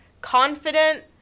confident